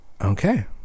okay